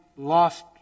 Lost